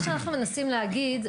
מה שאנחנו מנסים להגיד,